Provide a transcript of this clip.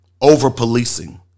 over-policing